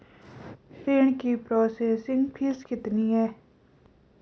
ऋण की processing fee कितनी है?